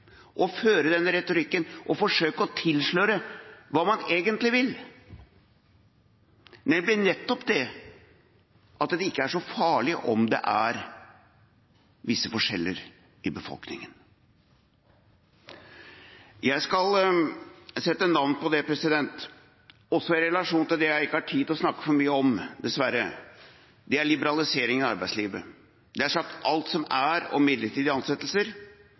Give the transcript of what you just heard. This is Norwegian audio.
retorikken og forsøke å tilsløre hva man egentlig vil, ved nettopp å si at det ikke er så farlig om det er visse forskjeller i befolkningen. Jeg skal sette navn på det – også i relasjon til det jeg dessverre ikke har så mye tid til å snakke om, nemlig liberaliseringen i arbeidslivet. Det er sagt alt som er å si om midlertidige ansettelser,